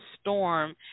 storm